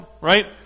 right